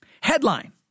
Headline